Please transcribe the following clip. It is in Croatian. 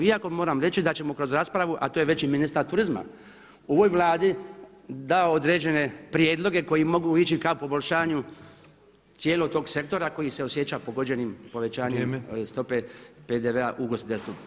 Iako moram reći da ćemo kroz raspravu a to je već i ministar turizma u ovoj Vladi dao određene prijedloge koji mogu ići ka poboljšanju cijelog tog sektora koji se osjećao pogođenim povećanjem stope PDV-a u ugostiteljstvu.